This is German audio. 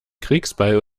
kriegsbeil